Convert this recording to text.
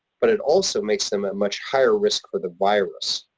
but it also makes them at much higher risk for the virus.